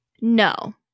No